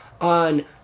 on